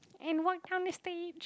and what kind of stage